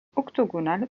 octogonale